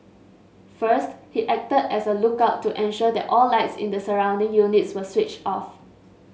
first he acted as a lookout to ensure that all lights in the surrounding units were switched off